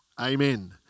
Amen